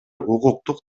укуктук